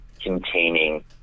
containing